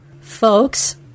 Folks